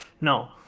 no